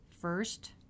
First